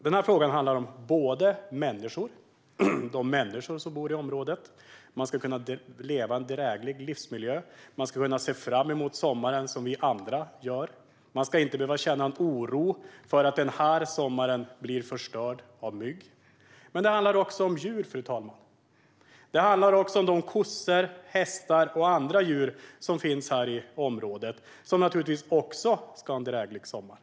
Den här frågan handlar om de människor som bor i området. Man ska kunna ha en dräglig livsmiljö och se fram emot sommaren som vi andra gör. Man ska inte behöva känna oro över att sommaren blir förstörd av mygg. Men det handlar också om djur, fru talman. Det handlar om de kossor, hästar och andra djur som finns i området och som naturligtvis också ska ha en dräglig sommar.